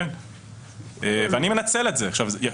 ואני מנצל את זה.